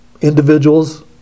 individuals